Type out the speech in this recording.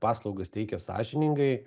paslaugas teikia sąžiningai